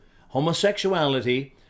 homosexuality